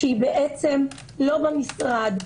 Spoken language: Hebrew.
כשהיא בעצם לא במשרד,